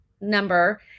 number